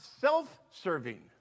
self-serving